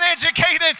uneducated